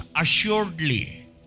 assuredly